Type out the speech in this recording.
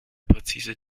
präzise